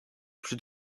plus